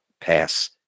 pass